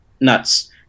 nuts